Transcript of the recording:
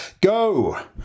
Go